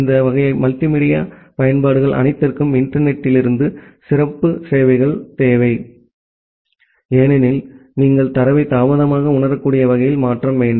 இந்த வகை மல்டிமீடியா பயன்பாடுகள் அனைத்திற்கும் இன்டர்நெட் த்திலிருந்து சிறப்பு சேவைகள் தேவை ஏனெனில் நீங்கள் தரவை தாமதமாக உணரக்கூடிய வகையில் மாற்ற வேண்டும்